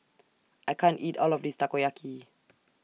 I can't eat All of This Takoyaki